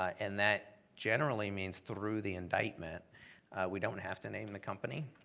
and that generally means through the indictment we don't have to name the company,